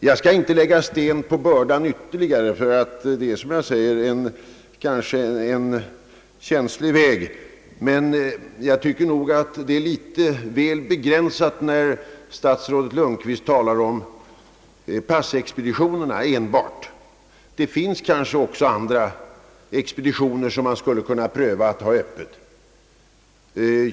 Jag skall inte lägga sten på börda ytterligare, ty det är som jag sade kanske en känslig väg, men jag tycker nog att det är litet väl begränsat när statsrådet Lundkvist talar enbart om passexpeditioner. Det finns kanske också andra expeditioner som man skulle kunna pröva att hålla öppna.